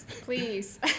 please